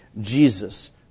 Jesus